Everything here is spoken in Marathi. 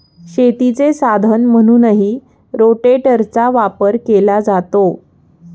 शेतीचे साधन म्हणूनही रोटेटरचा वापर केला जातो